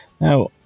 now